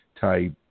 type